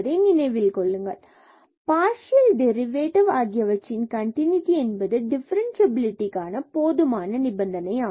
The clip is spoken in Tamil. நினைவில் கொள்ளுங்கள் பார்சியல் டெரிவேட்டிவ் Partial derivative ஆகியவற்றின் கண்டினுட்டி என்பது டிஃபரன்சியபிலிடிக்கான போதுமான நிபந்தனையாகும்